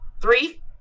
three